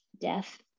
death